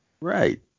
Right